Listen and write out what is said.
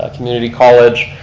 ah community college,